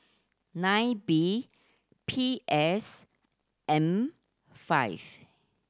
nine B P S M five